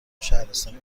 شهرستانی